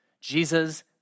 Jesus